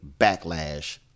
backlash